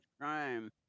crime